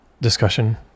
discussion